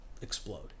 explode